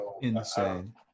Insane